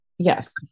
Yes